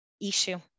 issue